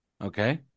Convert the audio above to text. okay